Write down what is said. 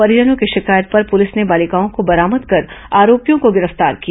परिजनों की शिकायत पर पुलिस ने बालिकाओं को बरामद कर आरोपियों को गिरफ्तार किया